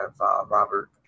Robert